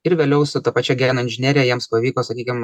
ir vėliau su ta pačia genų inžinerija jiems pavyko sakykim